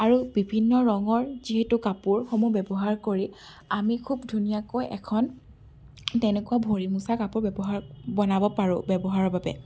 আৰু বিভিন্ন ৰঙৰ যিহেতু কাপোৰসমূহ ব্যৱহাৰ কৰি আমি খুব ধুনীয়াকৈ এখন তেনেকুৱা ভৰি মচা কাপোৰ ব্যৱহাৰ বনাব পাৰোঁ ব্যৱহাৰৰ বাবে